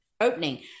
opening